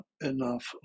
enough